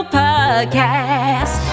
podcast